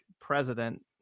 president